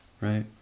right